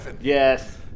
Yes